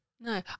No